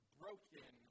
broken